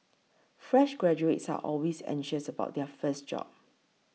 fresh graduates are always anxious about their first job